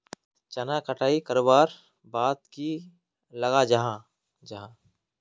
चनार कटाई करवार बाद की लगा जाहा जाहा?